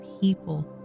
people